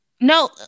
No